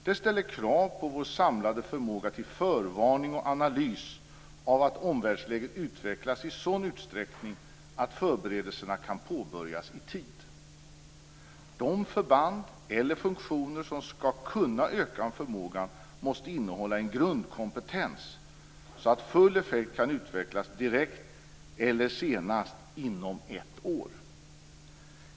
Det ställer krav på vår samlade förmåga till förvarning och till analys av hur omvärldsläget utvecklas i sådan utsträckning att förberedelserna kan påbörjas i tid. De förband eller funktioner som skall kunna öka förmågan måste innehålla en grundkompetens så att full effekt kan utvecklas direkt eller senast inom ett år.